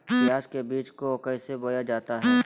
प्याज के बीज को कैसे बोया जाता है?